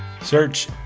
Search